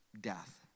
Death